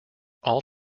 all